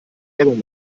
werbung